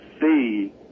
see